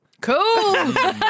Cool